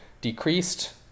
decreased